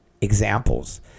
examples